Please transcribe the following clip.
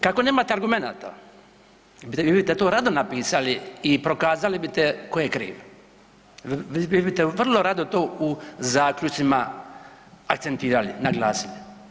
Kako nemate argumenata, vi bite to rado napisali i prokazali bite ko je kriv, vi bite vrlo rado to u zaključcima akcentirali, naglasili.